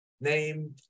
Named